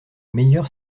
meilleur